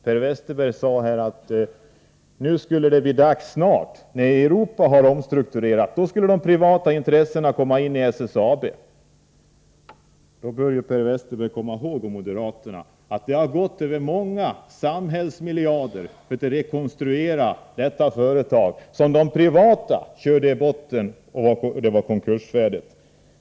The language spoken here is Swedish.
Per Westerberg sade att det snart, när Europa har omstrukturerat, skulle bli dags för de privata intressena att komma in i SSAB. Då bör Per Westerberg och övriga moderater komma ihåg att det gått åt många samhällsmiljarder för att rekonstruera detta företag, som de privata intressena körde i botten ända tills företaget var konkursfärdigt.